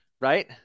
right